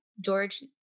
George